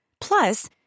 Plus